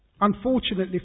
Unfortunately